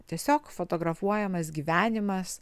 tiesiog fotografuojamas gyvenimas